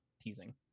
teasing